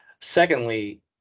Secondly